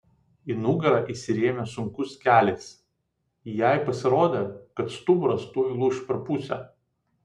į nugarą įsirėmė sunkus kelis jai pasirodė kad stuburas tuoj lūš per pusę